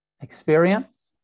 experience